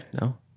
No